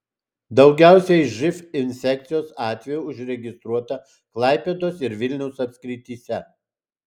daugiausiai živ infekcijos atvejų užregistruota klaipėdos ir vilniaus apskrityse